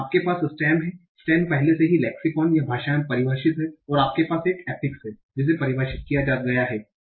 आपके पास स्टेम है स्टेम पहले से ही लेक्सिकॉन या भाषा में परिभाषित है और आपके पास एक एफिक्स है जिसे परिभाषित भी किया गया है